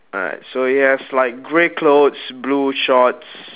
alright so he has like grey clothes blue shorts